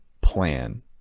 plan